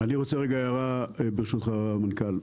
אני רוצה להעיר הערה, ברשותך, המנכ"ל.